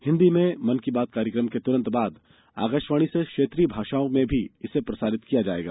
हिन्दी में मन की बात कार्यक्रम के तुरंत बाद आकाशवाणी से क्षेत्रीय भाषाओं में भी इसे प्रसारित किया जाएगा